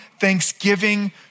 thanksgiving